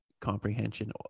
comprehension